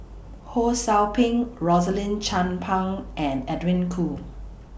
Ho SOU Ping Rosaline Chan Pang and Edwin Koo